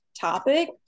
topic